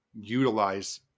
utilize